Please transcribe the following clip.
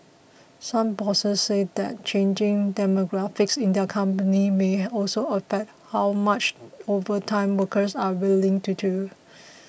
some bosses said that changing demographics in their companies may also affect how much overtime workers are willing to do